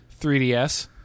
3DS